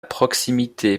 proximité